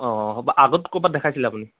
অ' হ'ব আগত ক'ৰবাত দেখাইছিলে আপুনি